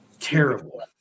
Terrible